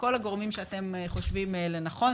כל הגורמים שאתם חושבים לנכון,